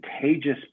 contagious